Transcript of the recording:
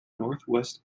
northwest